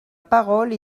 parole